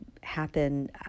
happen